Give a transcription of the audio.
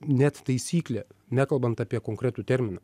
net taisyklė nekalbant apie konkretų terminą